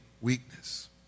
weakness